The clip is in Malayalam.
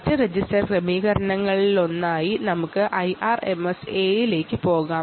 മറ്റ് രജിസ്റ്റർ ക്രമീകരണങ്ങളിലൊന്നായി നമുക്ക് IRMS A ലേക്ക് പോകാം